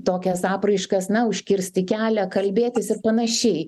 tokias apraiškas na užkirsti kelią kalbėtis ir panašiai